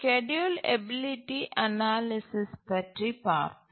schedule ability analysis பற்றி பார்ப்போம்